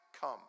come